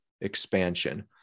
expansion